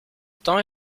temps